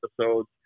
episodes